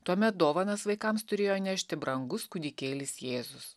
tuomet dovanas vaikams turėjo nešti brangus kūdikėlis jėzus